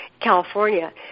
california